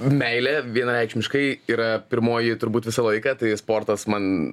meilė vienareikšmiškai yra pirmoji turbūt visą laiką tai sportas man